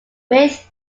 width